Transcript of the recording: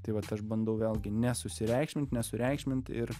tai vat aš bandau vėlgi nesusireikšmint nesureikšmint ir